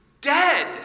dead